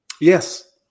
Yes